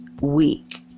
week